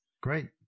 Great